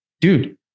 dude